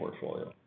portfolio